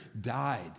died